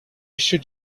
should